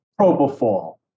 propofol